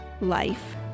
life